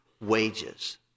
wages